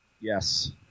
Yes